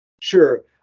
Sure